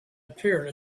appeared